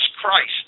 Christ